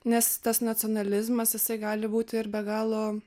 nes tas nacionalizmas jisai gali būti ir be galo